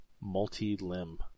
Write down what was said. multi-limb